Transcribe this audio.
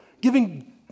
Giving